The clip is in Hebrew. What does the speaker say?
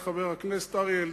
חבר הכנסת הנגבי,